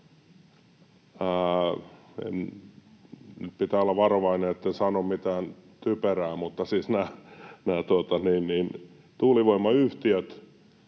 Nyt pitää olla varovainen, etten sano mitään typerää. — Mutta siis näillä tuulivoimayhtiöillä